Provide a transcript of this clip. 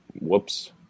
Whoops